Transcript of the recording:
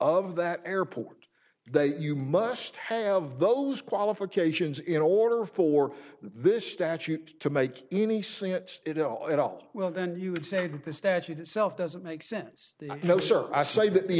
of that airport they you must have those qualifications in order for this statute to make any sense at all at all well then you would say that the statute itself doesn't make sense no sir i say that the